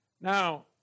Now